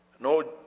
No